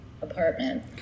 apartment